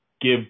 give